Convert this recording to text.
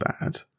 bad